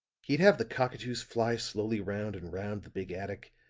he'd have the cockatoos fly slowly round and round the big attic,